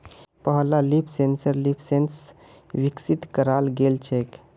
पहला leaf sensor LeafSense स विकसित कराल गेल छेक